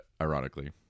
ironically